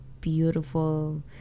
beautiful